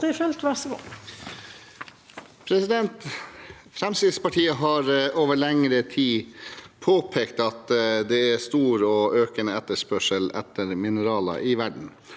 Fremskritts- partiet har over lengre tid påpekt at det er stor og økende etterspørsel etter mineraler i verden